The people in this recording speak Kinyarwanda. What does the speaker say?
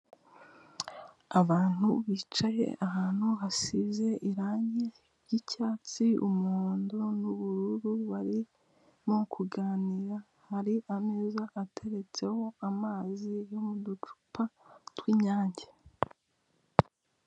Abantu bicaye ahantu hasize irangi ry'icyatsi umuhondo n'ubururu, barimo kuganira hari ameza ateretseho amazi yo mu ducupa tw'inyange.